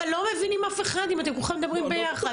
אבל לא מבינים אף אחד אם כולכם מדברים ביחד.